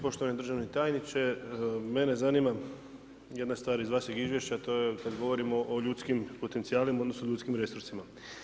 Poštovani Državni tajniče, mene zanima jedna stvar iz vašeg Izvješća to je kad govorimo o ljudskim potencijalima odnosno ljudskim resursima.